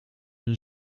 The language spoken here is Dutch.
een